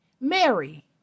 Mary